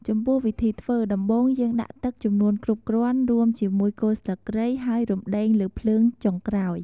ចំពោះវិធីធ្វើ ដំបូងយើងដាក់ទឹកចំនួនគ្រប់គ្រាន់រួមជាមួយគល់ស្លឹកគ្រៃ ហើយរំដេងលើភ្លើងចុងក្រោយ ។